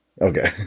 Okay